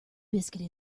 biscuit